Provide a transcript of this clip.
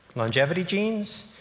longevity genes?